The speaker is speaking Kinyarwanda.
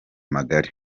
magari